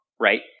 right